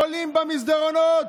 חולים במסדרונות,